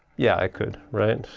yeah i could right?